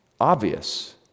obvious